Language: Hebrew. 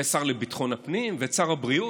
את השר לביטחון הפנים ואת שר הבריאות.